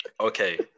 Okay